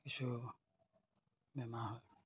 কিছু বেমাৰ হয়